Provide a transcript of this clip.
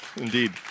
indeed